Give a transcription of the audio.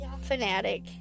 fanatic